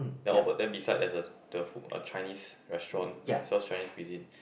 then oh but then beside there's a the food a Chinese restaurant that sells Chinese cuisine